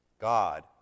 God